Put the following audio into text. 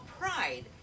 pride